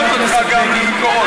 אני אוכל להפנות אותך גם למקורות.